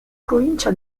provincia